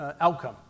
outcome